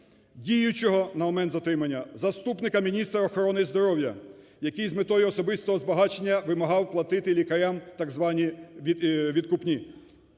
діючого на момент затримання заступника міністра охорони здоров'я, який з метою особистого збагачення вимагав платити лікарям так звані відкупні.